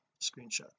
screenshot